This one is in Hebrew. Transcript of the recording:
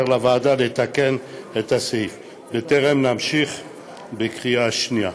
לוועדה לתקן את הסעיף בטרם נמשיך בקריאה השנייה.